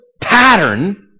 pattern